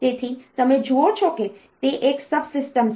તેથી તમે જુઓ છો કે તે એક સબસિસ્ટમ છે